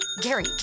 Gary